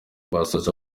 basoje